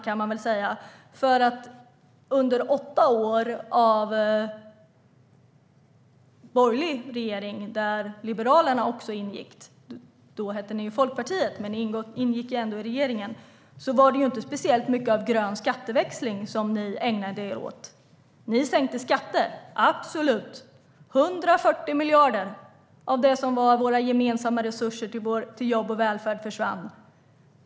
Men under åtta år med borgerlig regering där Liberalerna, tidigare Folkpartiet, ingick ägnade ni er inte speciellt mycket åt grön skatteväxling. Ni sänkte absolut skatter. 140 miljarder av det som var våra gemensamma resurser till jobb och välfärd försvann.